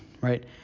right